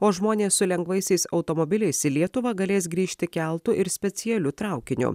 o žmonės su lengvaisiais automobiliais į lietuvą galės grįžti keltu ir specialiu traukiniu